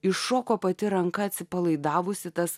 iššoko pati ranka atsipalaidavusi tas